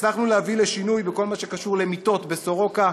הצלחנו להביא לשינוי בכל מה שקשור למיטות ב"סורוקה",